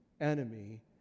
enemy